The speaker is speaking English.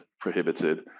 prohibited